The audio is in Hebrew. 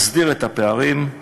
נסדיר את הפערים.